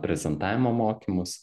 prezentavimo mokymus